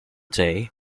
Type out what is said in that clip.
day